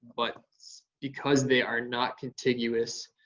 but because they are not contiguous